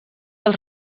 els